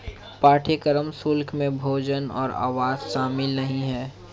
पाठ्यक्रम शुल्क में भोजन और आवास शामिल नहीं है